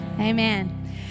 amen